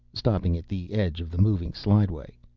stopping at the edge of the moving slideway.